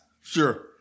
sure